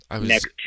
next